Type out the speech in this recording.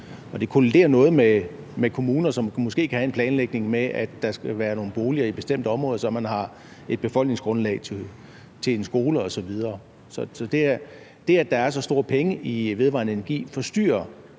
Det kolliderer noget med kommuner, som måske kan have planlagt, at der skal være nogle boliger i et bestemt område, så man har et befolkningsgrundlag til en skole osv. Så det, at der er så store penge i vedvarende energi, forstyrrer